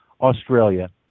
Australia